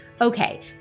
Okay